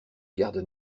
gardes